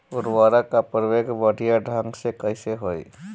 उर्वरक क प्रयोग बढ़िया ढंग से कईसे होई?